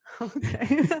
Okay